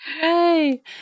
Hey